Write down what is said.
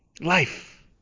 Life